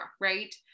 right